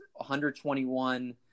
121